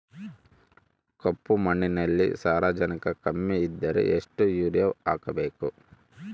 ಕಪ್ಪು ಮಣ್ಣಿನಲ್ಲಿ ಸಾರಜನಕ ಕಮ್ಮಿ ಇದ್ದರೆ ಎಷ್ಟು ಯೂರಿಯಾ ಹಾಕಬೇಕು?